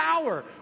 power